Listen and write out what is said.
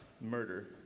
murder